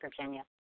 Virginia